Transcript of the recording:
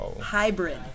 hybrid